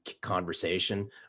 conversation